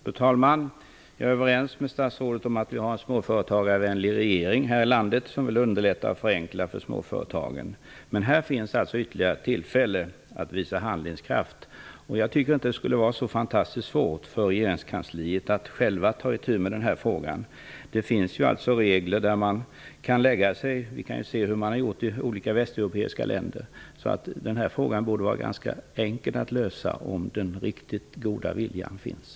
Fru talman! Jag är överens med statsrådet om att vi har en småföretagarvänlig regering här i landet, som vill underlätta och förenkla för småföretagen. Men här finns ytterligare ett tillfälle att visa handlingskraft. Jag tycker inte att det skulle vara så förfärligt svårt för regeringskansliet att självt ta itu med denna fråga. Det finns ju regler som man kan anknyta till. Vi kan se hur man har gjort i olika västeuropeiska länder. Denna fråga borde vara ganska enkel att lösa, om den riktigt goda viljan finns.